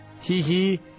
Hee-hee